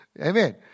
Amen